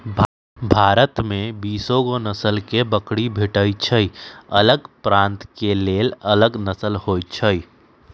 भारत में बीसगो नसल के बकरी भेटइ छइ अलग प्रान्त के लेल अलग नसल होइ छइ